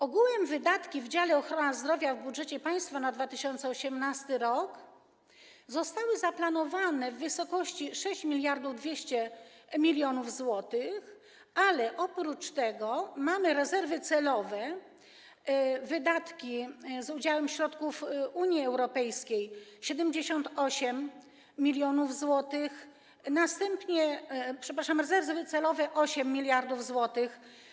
Ogółem wydatki w dziale: Ochrona zdrowia w budżecie państwa na 2018 r. zostały zaplanowane w wysokości 6200 mln zł, ale oprócz tego mamy rezerwy celowe, wydatki z udziałem środków Unii Europejskiej - 78 mln zł, przepraszam, rezerwy celowe - 8 mld zł.